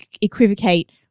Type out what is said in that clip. equivocate